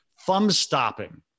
Thumb-stopping